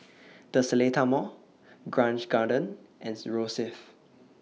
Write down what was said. The Seletar Mall Grange Garden and Rosyth